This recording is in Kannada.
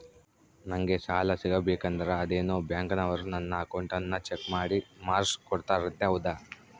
ನಂಗೆ ಸಾಲ ಸಿಗಬೇಕಂದರ ಅದೇನೋ ಬ್ಯಾಂಕನವರು ನನ್ನ ಅಕೌಂಟನ್ನ ಚೆಕ್ ಮಾಡಿ ಮಾರ್ಕ್ಸ್ ಕೋಡ್ತಾರಂತೆ ಹೌದಾ?